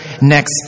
next